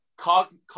cognitive